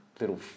little